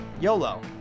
YOLO